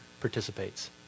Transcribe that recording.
participates